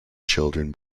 children